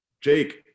Jake